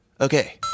Okay